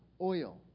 oil